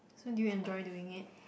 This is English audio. so do you enjoy doing it